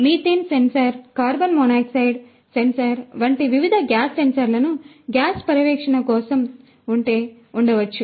methane sensor carbon monoxide sensor వంటి వివిధ gas సెన్సార్లను గ్యాస్ పర్యవేక్షణ కోసం ఉంటే అది ఉండవచ్చు